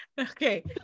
Okay